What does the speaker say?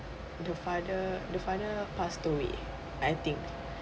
the father the father passed away I think